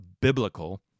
biblical